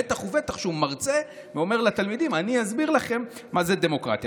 בטח ובטח כשהוא מרצה ואומר לתלמידים: אני אסביר לכם מה זה דמוקרטיה.